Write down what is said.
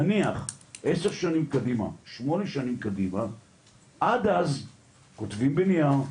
נניח 10 או 8 שנים קדימה ועד אז כותבים בנייר,